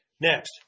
next